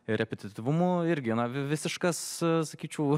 ir efektyvumu ir gana visiškas sakyčiau